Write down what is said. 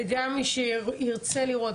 וגם מי שירצה לראות,